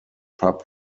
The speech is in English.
pub